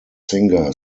singer